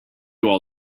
all